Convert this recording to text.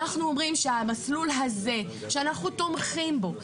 אנחנו אומרים שהמסלול הזה שאנחנו תומכים בו,